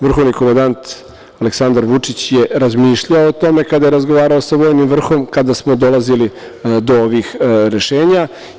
Vrhovni komandant Aleksandar Vučić je razmišljao o tome kada je razgovarao sa vojnim vrhom, kada smo dolazili do ovih rešenja.